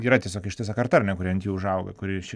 yra tiesiog ištisa karta ar ne kuri ant jų užaugo kuri ši